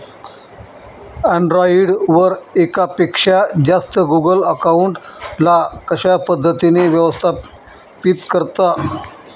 Android वर एकापेक्षा जास्त गुगल अकाउंट ला कशा पद्धतीने व्यवस्थापित करता?